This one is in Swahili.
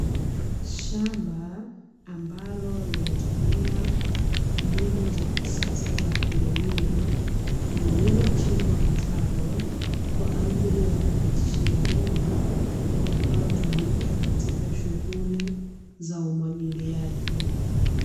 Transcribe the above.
Shamba ambalo linatumia mbinu za kisasa za kulimia lililochimbwa mtaro kwa ajili ya kupitishia bomba litakalotumika katika shughuli za unwangilizaji.